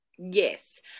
Yes